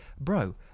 Bro